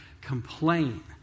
complain